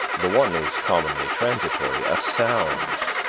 the one is commonly transitory, a sound,